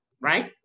right